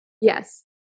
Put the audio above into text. Yes